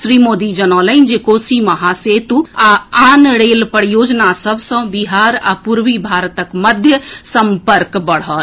श्री मोदी जनौलनि जे कोसी महासेतु आ आन रेल परियोजना सभ सँ बिहार आ पूर्वी भारतक मध्य सम्पर्क बढ़त